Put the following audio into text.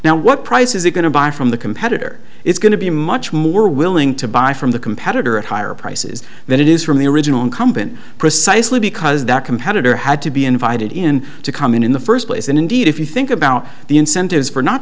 now what price is it going to buy from the competitor it's going to be much more willing to buy from the competitor at higher prices than it is from the original incumbent precisely because that competitor had to be invited in to come in in the first place and indeed if you think about the incentives for not